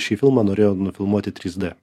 šį filmą norėjo nufilmuoti trys dė